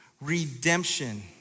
redemption